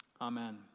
Amen